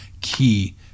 key